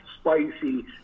spicy